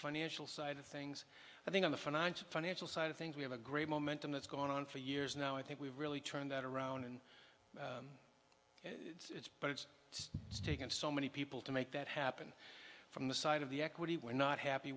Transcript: financial side of things i think on the financial financial side of things we have a great momentum that's gone on for years now i think we've really turned that around and it's but it's a stake in so many people to make that happen from the side of the equity we're not happy